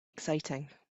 exciting